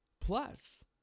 Plus